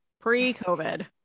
pre-COVID